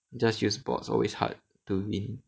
just use bots always hard to win